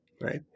right